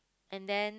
and then